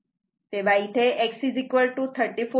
तेव्हा इथे x 34